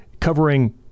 covering